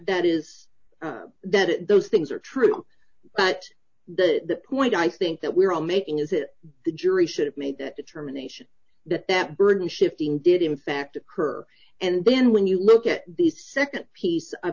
that is that those things are true but the point i think that we are all making is that the jury should have made that determination that that burden shifting did in fact occur and then when you look at the nd piece of